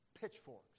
pitchforks